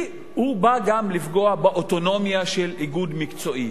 הוא בא גם לפגוע באוטונומיה של איגוד מקצועי.